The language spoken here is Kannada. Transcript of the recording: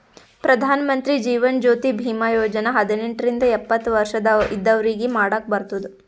ಪ್ರಧಾನ್ ಮಂತ್ರಿ ಜೀವನ್ ಜ್ಯೋತಿ ಭೀಮಾ ಯೋಜನಾ ಹದಿನೆಂಟ ರಿಂದ ಎಪ್ಪತ್ತ ವರ್ಷ ಇದ್ದವ್ರಿಗಿ ಮಾಡಾಕ್ ಬರ್ತುದ್